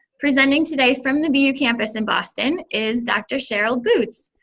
presenting today, from the bu campus in boston, is dr. cheryl boots.